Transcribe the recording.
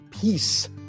peace